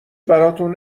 براتون